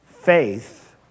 faith